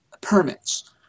permits